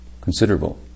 considerable